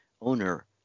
owner